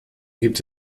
gibt